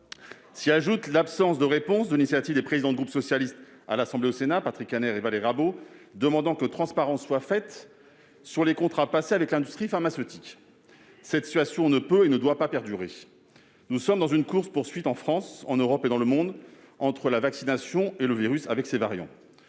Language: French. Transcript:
S'y ajoute l'absence de réponse à l'initiative des présidents des groupes socialistes du Sénat et de l'Assemblée nationale, Patrick Kanner et Valérie Rabault, demandant que transparence soit faite sur les contrats passés avec l'industrie pharmaceutique. Cette situation ne peut et ne doit perdurer ! Nous sommes engagés dans une course-poursuite, en France, en Europe et dans le monde, entre la vaccination et le virus, avec ses variants.